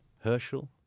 Herschel